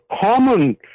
common